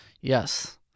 Yes